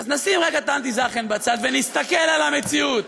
אז נשים רגע את האלטע-זאכן בצד ונסתכל על המציאות,